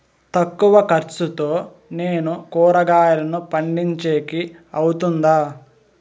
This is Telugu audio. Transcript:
తక్కువ ఖర్చుతో నేను కూరగాయలను పండించేకి అవుతుందా?